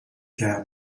cœur